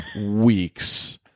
weeks